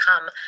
come